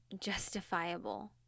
justifiable